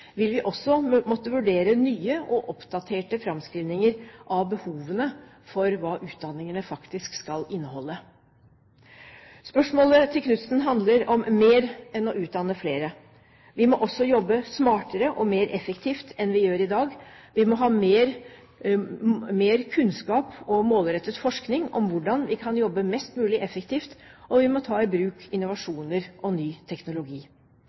vil vi også måtte vurdere nye og oppdaterte framskrivninger av behovene for hva utdanningene faktisk skal inneholde. Spørsmålet til representanten Knutsen handler om mer enn å utdanne flere. Vi må også jobbe smartere og mer effektivt enn vi gjør i dag. Vi må ha mer kunnskap og mer målrettet forskning om hvordan vi kan jobbe mest mulig effektivt, og vi må ta i bruk innovasjoner og ny teknologi.